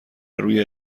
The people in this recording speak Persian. روی